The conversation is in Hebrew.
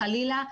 חלילה,